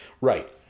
Right